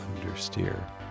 understeer